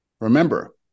Remember